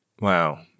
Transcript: Wow